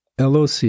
LOC